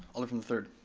alder from the third.